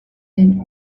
den